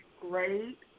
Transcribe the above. great